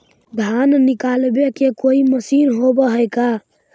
धान निकालबे के कोई मशीन होब है का?